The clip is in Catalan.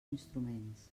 instruments